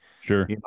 Sure